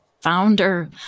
founder